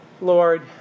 Lord